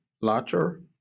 larger